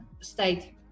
state